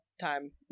time